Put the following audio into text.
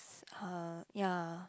are ya